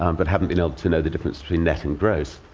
um but haven't been able to know the difference between net and gross.